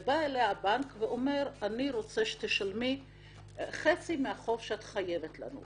ובא אליה הבנק ואומר: אני רוצה שתשלמי חצי מהחוב שאת חייבת לנו.